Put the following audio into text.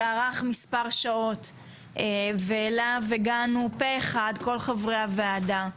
שערך מספר שעות ואליו הגענו פה אחד כל חברי הוועדה,